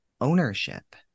ownership